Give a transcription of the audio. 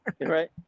Right